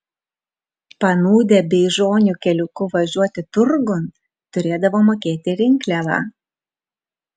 panūdę beižonių keliuku važiuoti turgun turėdavo mokėti rinkliavą